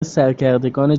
سرکردگان